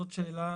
זאת שאלה